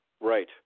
right